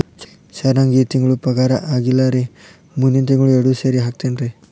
sir ನಂಗ ಈ ತಿಂಗಳು ಪಗಾರ ಆಗಿಲ್ಲಾರಿ ಮುಂದಿನ ತಿಂಗಳು ಎರಡು ಸೇರಿ ಹಾಕತೇನ್ರಿ